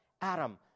Adam